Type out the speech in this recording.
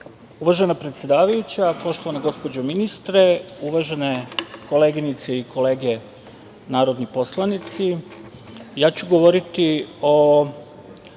Uvažena predsedavajuća, poštovana gospođo ministre, uvažene koleginice i kolege narodni poslanici, ja ću govoriti o